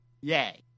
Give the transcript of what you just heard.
Yay